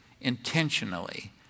intentionally